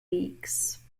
weeks